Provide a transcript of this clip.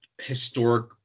historic